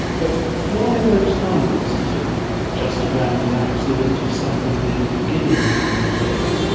but why those numbers? is it just a random accident of something near the beginning of the universe,